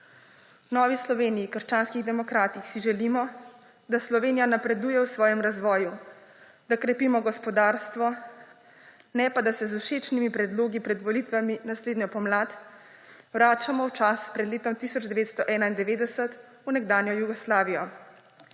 V Novi Sloveniji - krščanskih demokratih si želimo, da Slovenija napreduje v svojem razvoju, da krepimo gospodarstvo, ne pa, da se z všečnimi predlogi pred volitvami naslednjo pomlad vračamo v čas pred letom 1991, v nekdanjo Jugoslavijo,